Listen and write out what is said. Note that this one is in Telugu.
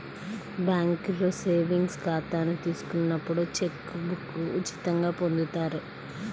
బ్యేంకులో సేవింగ్స్ ఖాతాను తీసుకున్నప్పుడు చెక్ బుక్ను ఉచితంగా పొందుతారు